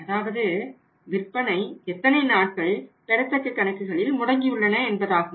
அதாவது விற்பனை எத்தனை நாட்கள் பெறத்தக்க கணக்குகளில் முடங்கியுள்ளது என்பதாகும்